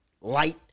Light